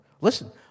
Listen